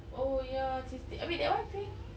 oh ya cystic habis that [one] see